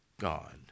God